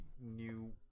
new